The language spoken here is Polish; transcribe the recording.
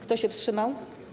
Kto się wstrzymał?